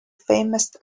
famous